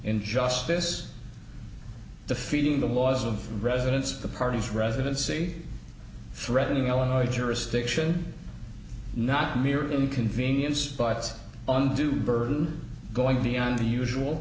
injustice the feeding the laws of residence the parties residency threatening illinois jurisdiction not mere inconvenience but undue burden going beyond the usual